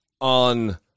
on